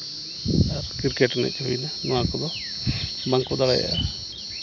cricket ᱮᱱᱮᱡ ᱦᱩᱭ ᱮᱱᱟ ᱱᱚᱣᱟ ᱠᱚᱫᱚ ᱵᱟᱝᱠᱚ ᱫᱟᱲᱮᱭᱟᱜᱼᱟ